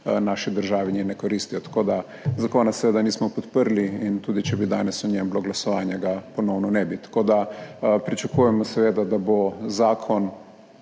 naši državi ne koristijo. Zakona seveda nismo podprli in tudi, če bi danes o njem bilo glasovanje, ga ponovno ne bi. Pričakujemo seveda, da bo vladni